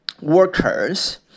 workers